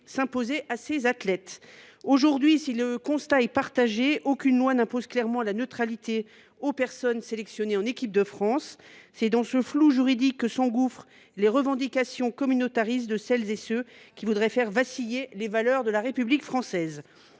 s’imposait à ces athlètes. Aujourd’hui, si cette nécessité est assez communément admise, aucune loi n’impose clairement la neutralité aux personnes sélectionnées en équipe de France. C’est dans ce flou juridique que s’engouffrent les revendications communautaristes de celles et de ceux qui voudraient faire vaciller les valeurs de la République française.